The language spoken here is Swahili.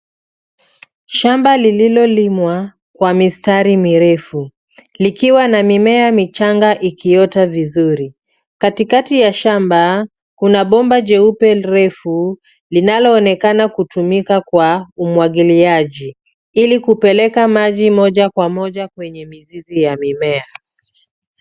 Shamba lililolimwa kwa mistari mirefu likiwa na mimea michanga ikiota vizuri. Katikati ya shamba, kuna bomba jeupe refu linaloonekana kutumika kwa umwagiliaji, ili kupeleka maji moja kwa moja kwenye mizizi ya mimea.